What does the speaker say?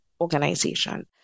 organization